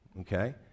Okay